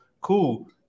Cool